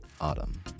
Autumn